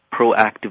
proactively